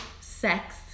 sex